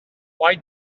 why